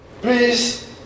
Please